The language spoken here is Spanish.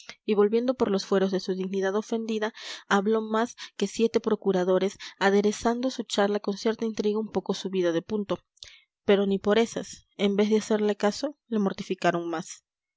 y volviendo por los fueros de su dignidad ofendida habló más que siete procuradores aderezando su charla con cierta intriga un poco subida de punto pero ni por esas en vez de hacerle caso le mortificaron más